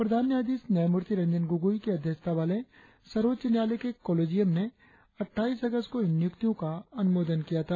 प्रधान न्यायाधीश न्यायामूर्ति रंजन गोगोई की अध्यक्षता वाले सर्वोच्च न्यायालय के कॉलिजियम ने अटठाईस अगस्त को इन नियुक्तियों का अनुमोदन किया था